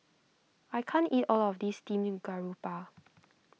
I can't eat all of this Steamed Garoupa